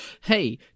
Hey